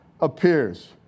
appears